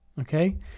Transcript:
okay